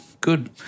good